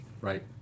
Right